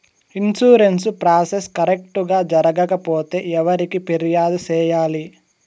insurance process correct గా జరగకపోతే ఎవరికి ఫిర్యాదు సేయాలి